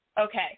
Okay